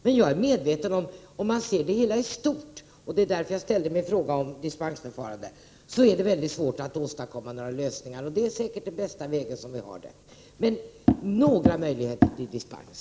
Jag är naturligtvis medveten om att om man ser det hela i stort är det svårt att åstadkomma några lösningar. Det var därför jag ställde min fråga om dispensförfarande. Det är säkert den bästa vägen vi har valt, men ge några möjligheter till dispens!